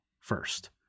first